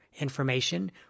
information